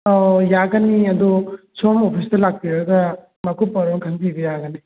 ꯑꯧ ꯌꯥꯒꯅꯤ ꯑꯗꯨ ꯁꯣꯝ ꯑꯣꯐꯤꯁꯇ ꯂꯥꯛꯄꯤꯔꯒ ꯑꯀꯨꯞꯄ ꯃꯔꯣꯜ ꯈꯪꯕꯤꯕ ꯌꯥꯒꯅꯤ